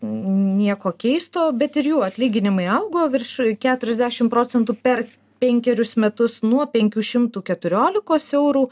nieko keisto bet ir jų atlyginimai augo virš keturiasdešimt procentų per penkerius metus nuo penkių šimtų keturiolikos eurų